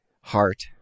heart